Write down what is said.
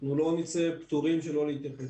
לא נצא פטורים, שלא נתייחס.